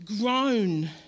grown